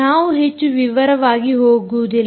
ನಾವು ಹೆಚ್ಚು ವಿವರವಾಗಿ ಹೋಗುವುದಿಲ್ಲ